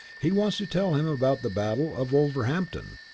he wants to tell him about the battle of wolverhampton.